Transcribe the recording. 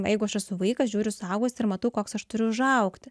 jeigu aš esu vaikas žiūriu į suaugusį ir matau koks aš turiu užaugti